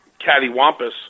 cattywampus